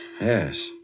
Yes